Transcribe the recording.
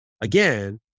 again